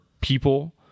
people